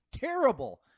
terrible